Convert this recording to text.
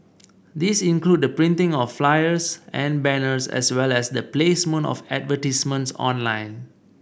these include the printing of flyers and banners as well as the placement of advertisements online